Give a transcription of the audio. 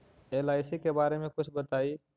LIC के बारे मे कुछ बताई?